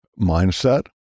mindset